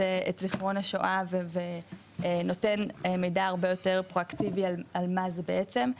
זכרון השואה ונותן מידע הרבה יותר פרואקטיבי על מה זה בעצם.